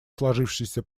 сложившейся